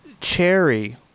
Cherry